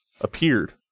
appeared